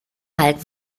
halten